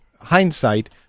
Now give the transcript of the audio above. hindsight